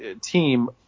team